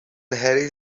harris